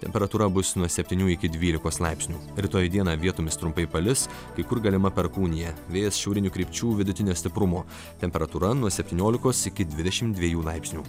temperatūra bus nuo septynių iki dvylikos laipsnių rytoj dieną vietomis trumpai palis kai kur galima perkūnija vėjas šiaurinių krypčių vidutinio stiprumo temperatūra nuo septyniolikos iki dvidešim dviejų laipsnių